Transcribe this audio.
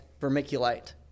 vermiculite